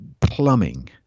plumbing